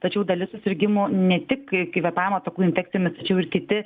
tačiau dalis susirgimų ne tik kvėpavimo takų infekcijomis tačiau ir kiti